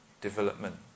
development